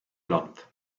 land